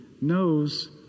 knows